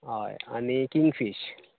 होय आनीक किंगफीश